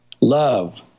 love